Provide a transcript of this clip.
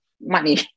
money